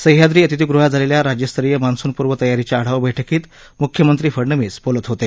सहयाद्री अतिथिगृहात झालेल्या राज्यस्तरीय मान्सूनपूर्व तयारीच्या आढावा बैठकीत म्ख्यमंत्री फडणवीस बोलत होते